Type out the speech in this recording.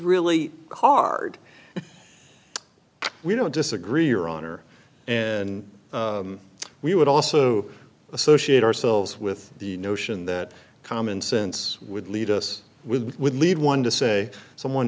really hard we don't disagree your honor and we would also associate ourselves with the notion that common sense would lead us with would lead one to say someone